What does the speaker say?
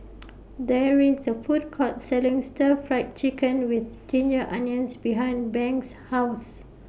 There IS A Food Court Selling Stir Fried Chicken with Ginger Onions behind Banks' House